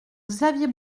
xavier